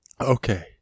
Okay